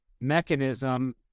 mechanism